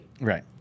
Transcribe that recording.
Right